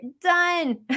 done